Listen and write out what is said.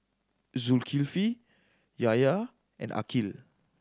Zulkifli Yahya and Aqil